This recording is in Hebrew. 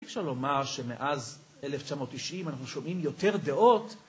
אי אפשר לומר שמאז 1990 אנחנו שומעים יותר דעות